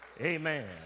Amen